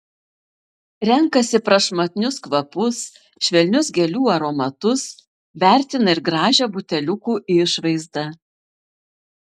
renkasi prašmatnius kvapus švelnius gėlių aromatus vertina ir gražią buteliukų išvaizdą